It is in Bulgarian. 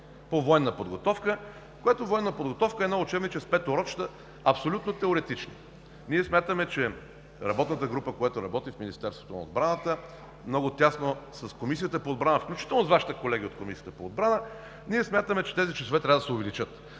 по военна подготовка, която военна подготовка е едно учебниче с пет урочета абсолютно теоретични. Ние смятаме, че работната група, която работи в Министерството на отбраната много тясно с Комисията по отбрана, включително с Вашите колеги от Комисията по отбрана, ние смятаме, че тези часове трябва да се увеличат.